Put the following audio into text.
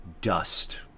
Dust